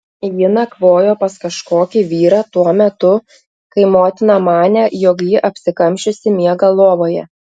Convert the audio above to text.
ji nakvojo pas kažkokį vyrą tuo metu kai motina manė jog ji apsikamšiusi miega lovoje